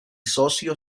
socio